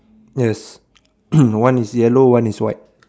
yes one is yellow one is white